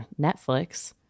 Netflix